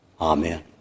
amen